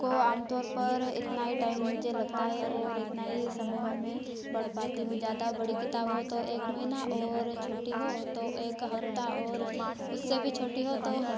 को आम तौर पर इतना ही टाइम मुझे लगता है और इतना ही समय में मैं पढ़ पाती हूँ जादा बड़ी किताब हो तो एक महीना और छोटी हो तो एक हफ्ता और उससे भी छोटी हो तो